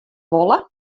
wolle